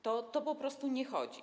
To po prostu nie chodzi.